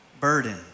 burden